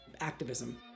activism